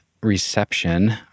reception